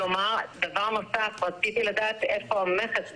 דבר נוסף, רציתי לדעת איפה המכס בסיפור,